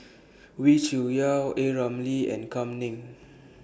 Wee Cho Yaw A Ramli and Kam Ning